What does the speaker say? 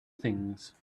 things